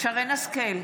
שרן מרים השכל,